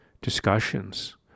discussions